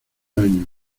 años